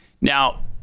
Now